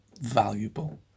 valuable